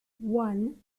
one